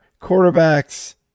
quarterbacks